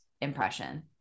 impression